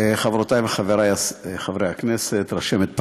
חברותי וחברי חברי הכנסת, רשמת פרלמנטרית,